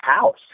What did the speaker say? house